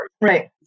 right